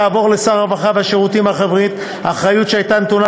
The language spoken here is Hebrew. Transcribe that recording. תעבור לשר הרווחה והשירותים החברתיים האחריות שהייתה נתונה